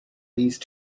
these